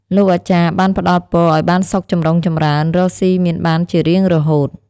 លោកអាចារ្យបានផ្តល់ពរឱ្យបានសុខចំរុងចម្រើន រកស៊ីមានបានជារៀងរហូត។